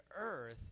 earth